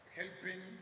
helping